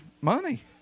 Money